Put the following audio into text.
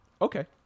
Okay